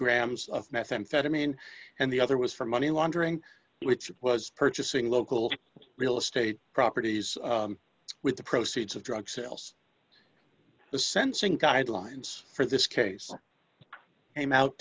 grams of methamphetamine and the other was for money laundering which was purchasing local real estate properties with the proceeds of drug sales the sensing guidelines for this case came out